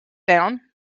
down